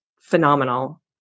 phenomenal